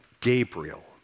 Gabriel